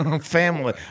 family